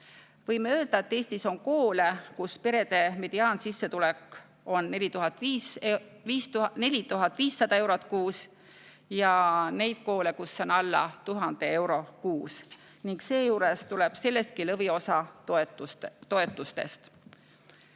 Võime öelda, et Eestis on koole, kus perede mediaansissetulek on 4500 eurot kuus, ja neid koole, kus see on alla 1000 euro kuus ning sellestki tuleb lõviosa toetustest.